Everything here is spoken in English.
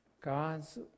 God's